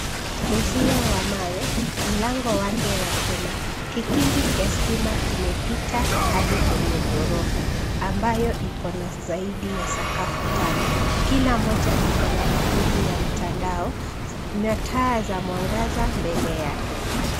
Uzio wa mawe, mlango wake wa chuma, kikingi cha stima kimepita hadi kwenye ghorofa ,ambayo iko na zaidi ya sakafu tano. Kila moja iko na bakuli ya mtandao na taa za mwangaza, mbele yake .